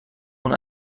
اون